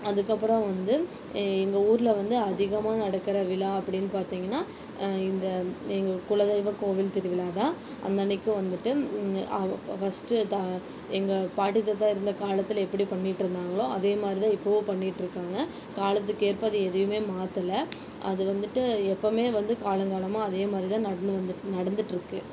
அதற்கப்பறம் வந்து எங்கள் ஊரில் வந்து அதிகமாக நடக்கிற விழா அப்படின்னு பார்த்திங்கன்னா இந்த எங்கள் குலதெய்வ கோவில் திருவிழா தான் அந்தன்னைக்கு வந்துவிட்டு ஃபர்ஸ்ட்டு த எங்கள் பாட்டி தாத்தா இருந்த காலத்தில் எப்படி பண்ணிட்டுருந்தாங்களோ அதே மாரி தான் இப்போவும் பண்ணிட்டுருக்காங்க காலத்துக்கு ஏற்ப அது எதையுமே மாற்றல அது வந்துவிட்டு எப்போவுமே வந்து காலங்காலமாக அதே மாரி தான் நடந்து வந்து நடந்துட்டுருக்கு